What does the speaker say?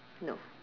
no